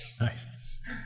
Nice